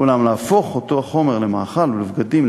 אולם להפוך אותו החומר למאכל ולבגדים,